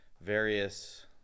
various